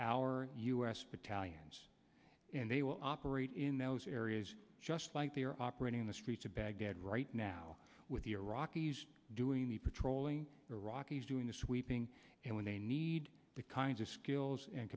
our u s battalions and they will operate in those areas just like they're operating in the streets of baghdad right now with the iraqis doing the patrolling the rockies doing the sweeping and when they need the kinds of skills and